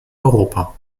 europa